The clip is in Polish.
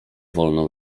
wolno